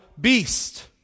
beast